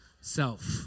Self